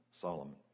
Solomon